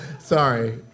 Sorry